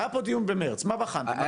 היה פה דיון במרץ, מה בחנתם?